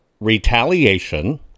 retaliation